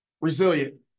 Resilient